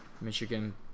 Michigan